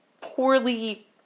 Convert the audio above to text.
poorly